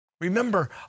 Remember